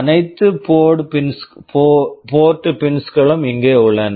அனைத்து port pins port pins களும் இங்கே உள்ளன